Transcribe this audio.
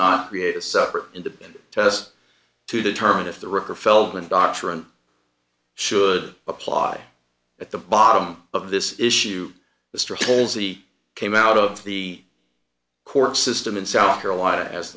not create a separate independent tests to determine if the ripper feldman doctrine should apply at the bottom of this issue the straw polls he came out of the court system in south carolina as